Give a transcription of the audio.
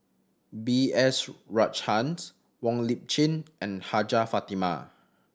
B S Rajhans Wong Lip Chin and Hajjah Fatimah